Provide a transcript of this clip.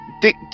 Dick